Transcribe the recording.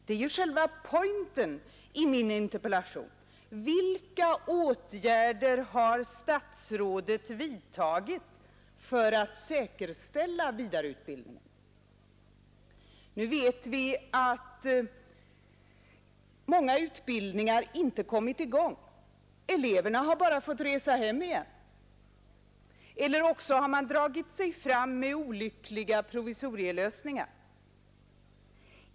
Det är ju själva ”pointen” i min interpellation. Vilka åtgärder har statsrådet vidtagit för att säkerställa vidareutbildningen? Vi vet att många utbildningar ännu inte kommit i gång. Eleverna har bara fått resa hem igen. Eller också har man dragit sig fram med olyckliga provisorielösningar.